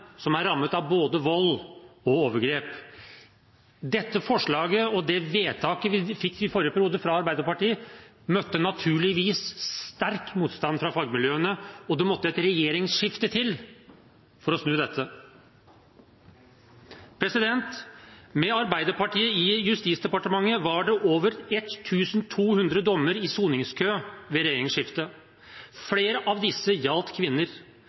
som er rammet av både vold og overgrep. Forslaget fra Arbeiderpartiet og det vedtaket vi fikk i forrige periode, møtte naturligvis sterk motstand fra fagmiljøene, og det måtte et regjeringsskifte til for å snu dette. Med Arbeiderpartiet i Justisdepartementet var det over 1 200 dommer i soningskø ved regjeringsskiftet. Flere av disse gjaldt kvinner